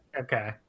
Okay